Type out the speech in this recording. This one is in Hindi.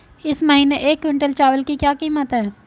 इस महीने एक क्विंटल चावल की क्या कीमत है?